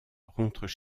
rentrent